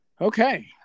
Okay